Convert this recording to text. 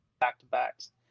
back-to-backs